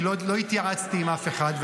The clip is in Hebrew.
כי לא התייעצתי עם אף אחד,